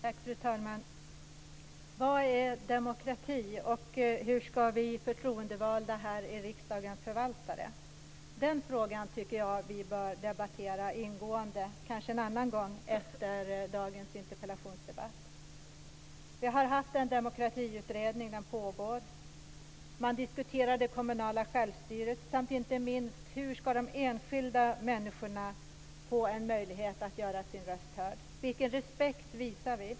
Fru talman! Vad är demokratin, och hur ska vi förtroendevalda här i riksdagen förvalta den? Den frågan tycker jag att vi bör debattera ingående, kanske en annan gång, efter dagens interpellationsdebatt. Vi har haft en demokratiutredning. Den pågår. Man diskuterar det kommunala självstyret samt inte minst hur de enskilda människorna ska få en möjlighet att gör sina röster hörda. Vilken respekt visar vi?